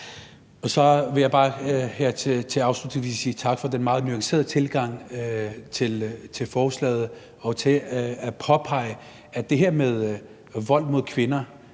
Så vil jeg bare her afslutningsvis sige tak for den meget nuancerede tilgang til forslaget. Med hensyn til det her med vold mod kvinder